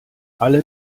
alle